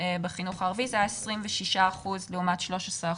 שני האחרונים,